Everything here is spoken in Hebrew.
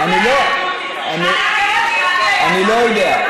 אני לא יודע.